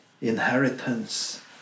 inheritance